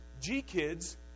G-Kids